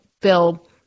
Bill